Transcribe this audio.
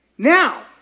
Now